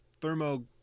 thermo